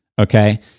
Okay